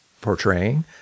portraying